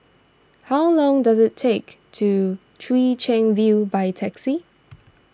how long does it take to Chwee Chian View by taxi